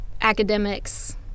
academics